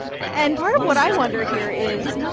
and part of what i wonder here is,